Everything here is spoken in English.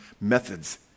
methods